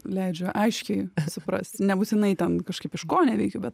leidžiu aiškiai suprast nebūtinai ten kažkaip iškoneveikiu bet